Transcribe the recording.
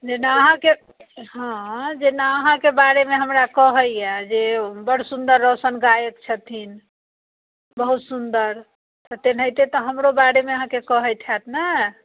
जेना अहाँकेँ हँ जेना अहाँकेँ बारेमे हमरा कहैया जे बड़ सुन्दर रौशन गायक छथिन बहुत सुन्दर तेनाहिते तऽ हमरो बारेमे अहाँकेँ कहैत होयत ने